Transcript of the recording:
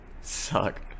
suck